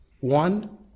One